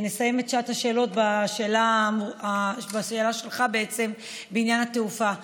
נסיים את שעת השאלות בשאלה שלך בעניין התעופה.